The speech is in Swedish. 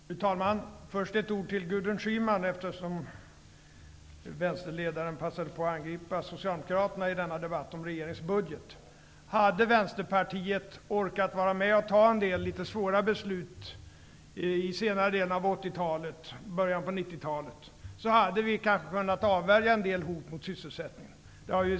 Fru talman! Först vill jag rikta några ord till Gudrun Schyman, eftersom vänsterledaren passade på att angripa Socialdemokraterna i denna debatt om regeringens budget. Om Vänsterpartiet hade orkat vara med och fatta en del litet svåra beslut i senare delen av 80-talet och i början av 90 talet hade kanske en del hot mot sysselsättningen kunnat avvärjas.